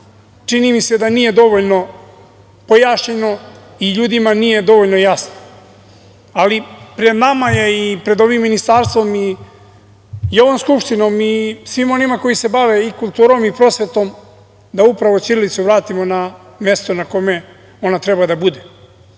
čini mi se da nije dovoljno pojašnjeno i ljudima nije dovoljno jasno, ali pred nama je, pred ovim Ministarstvom, ovom Skupštinom i svima onima koji se bave i kulturom i prosvetom da upravo ćirilicu vratimo na mesto na kome ona treba da bude.Za